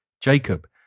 Jacob